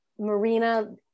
Marina